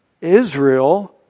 Israel